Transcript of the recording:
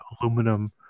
aluminum